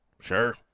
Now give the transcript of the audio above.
Sure